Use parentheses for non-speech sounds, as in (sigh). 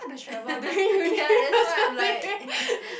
(laughs) ya that's why I'm like